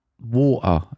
water